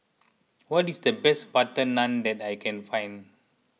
what is the best Butter Naan that I can find